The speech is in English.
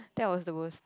that was the worst